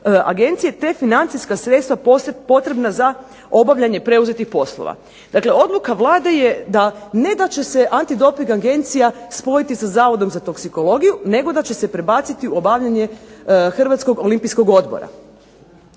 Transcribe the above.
te financijska sredstva potrebna za obavljanje preuzetih poslova". Dakle, odluka Vlade je ne da će se Antidoping agencija spojiti sa Zavodom za toksikologiju, nego da će se prebaciti u obavljanje Hrvatskog olimpijskog odbora.